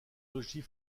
logis